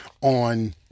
on